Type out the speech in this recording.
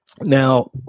now